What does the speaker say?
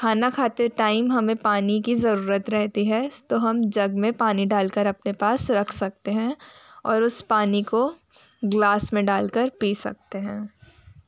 खाना खाते टाइम हमें पानी की ज़रूरत रहती है तो हम जग में पानी डाल कर अपने पास रख सकते हैं और उस पानी को गिलास में डाल कर पी सकते हैं